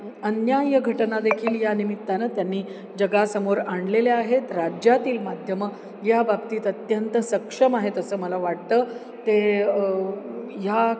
अन्याय्य घटना देखील यानिमित्तानं त्यांनी जगासमोर आणलेल्या आहेत राज्यातील माध्यमं या बाबतीत अत्यंत सक्षम आहेत असं मला वाटतं ते ह्या